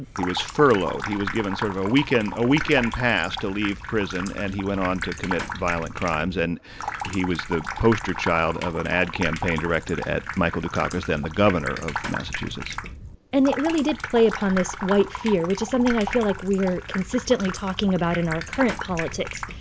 he was furloughed. he was given sort of a weekend ah weekend pass to leave prison, and he went on to commit violent crimes. and he was the poster child of an ad campaign directed at michael dukakis, then the governor of massachusetts and it really did play upon this white fear, which is something i feel like we are consistently talking about in our current politics.